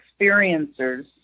experiencers